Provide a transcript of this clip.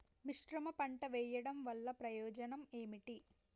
మిశ్రమ పంట వెయ్యడం వల్ల ప్రయోజనం ఏమిటి?